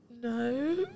no